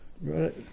right